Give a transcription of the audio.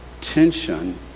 Tension